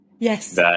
Yes